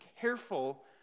careful